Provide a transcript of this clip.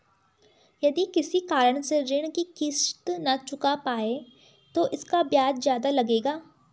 यदि किसी कारण से ऋण की किश्त न चुका पाये तो इसका ब्याज ज़्यादा लगेगा?